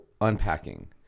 unpacking